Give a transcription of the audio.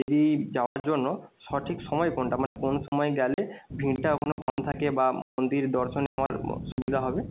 যদি যাওয়ার জন্য সঠিক সময় কোনটা মানে কোন সময় গেলে ভিড়টা ওখানে কম থাকে বা মন্দির দর্শনে আমার সুবিদা হবে